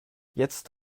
jetzt